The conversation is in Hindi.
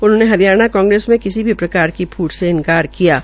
उन्होने हरियाणा कांग्रेस में किसी भी प्रकार की फूट से इन्कार किया है